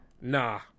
nah